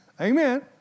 Amen